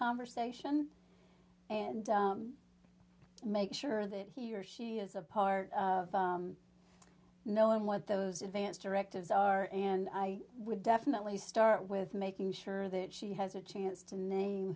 conversation and make sure that he or she is a part of knowing what those advance directives are and i would definitely start with making sure that she has a chance to name